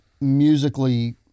musically